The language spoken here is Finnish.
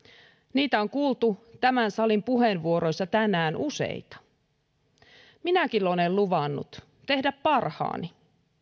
niitä on kuultu tämän salin puheenvuoroissa tänään useita minäkin olen luvannut tehdä parhaani